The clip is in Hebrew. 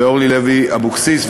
אורלי לוי אבקסיס,